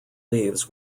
leaves